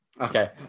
Okay